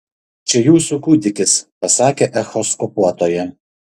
čia jūsų kūdikis pasakė echoskopuotoja